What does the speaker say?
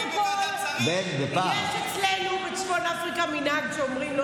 בדיוק, אתם אישרתם חוקים בוועדת שרים.